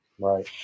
Right